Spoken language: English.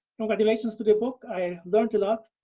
congratulations to the book, i learned a lot.